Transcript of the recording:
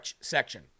section